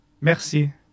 Merci